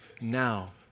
now